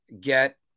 get